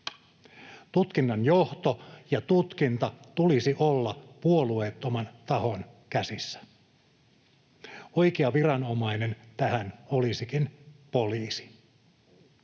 Tutkinnan johdon ja tutkinnan tulisi olla puolueettoman tahon käsissä. Oikea viranomainen tähän olisikin poliisi.